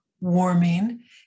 warming